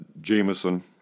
Jameson